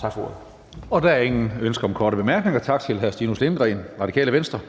(Karsten Hønge): Der er ingen ønsker om korte bemærkninger. Tak til hr. Stinus Lindgreen, Radikale Venstre.